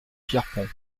pierrepont